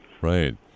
Right